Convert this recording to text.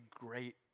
great